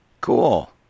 cool